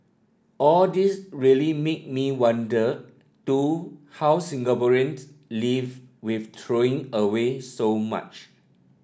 all this really made me wonder too how Singaporeans live with throwing away so much